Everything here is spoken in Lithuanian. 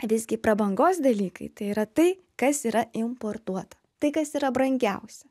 visgi prabangos dalykai tai yra tai kas yra importuota tai kas yra brangiausia